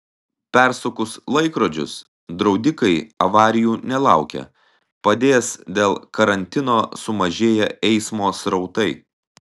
persukus laikrodžius draudikai avarijų nelaukia padės dėl karantino sumažėję eismo srautai